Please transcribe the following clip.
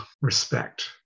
respect